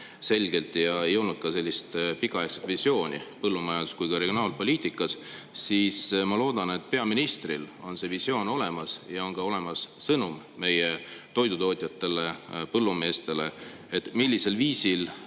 selgelt vastata ega olnud tal ka pikaaegset visiooni põllumajandus- ja regionaalpoliitikas, siis ma loodan, et peaministril on see visioon olemas ja on olemas ka sõnum meie toidutootjatele, põllumeestele, millisel viisil